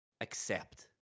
accept